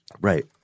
Right